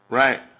right